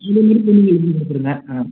இவர்களுக்கு நீங்கள் கொடுத்திடுங்க